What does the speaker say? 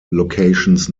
locations